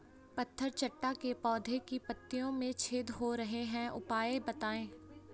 पत्थर चट्टा के पौधें की पत्तियों में छेद हो रहे हैं उपाय बताएं?